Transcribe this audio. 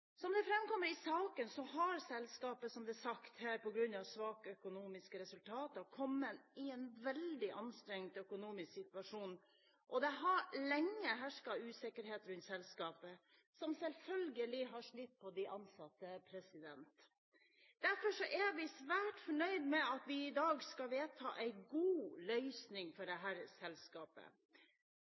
Som det framkommer i saken, har selskapet – som det er sagt her – på grunn av svake økonomiske resultater kommet i en veldig anstrengt økonomisk situasjon, og det har lenge hersket usikkerhet rundt selskapet, som selvfølgelig har slitt på de ansatte. Derfor er vi svært fornøyd med at vi i dag skal vedta en god løsning for dette selskapet.